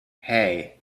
hey